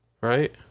right